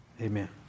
Amen